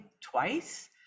twice